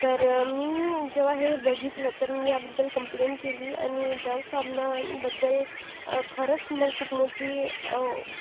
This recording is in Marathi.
तर मी जेव्हा हे बघितलं तर मी याबद्दल कम्प्लेंट केली आणि डव साबणाबद्दल खरंच मग खूप मोठ्ठी